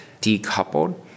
decoupled